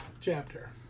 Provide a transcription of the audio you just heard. chapter